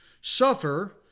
suffer